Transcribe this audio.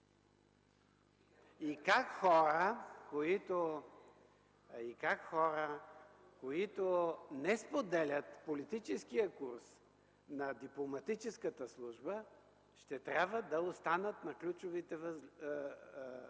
И как хора, които не споделят политическия курс на Дипломатическата служба, ще трябва да останат на ключовите длъжности,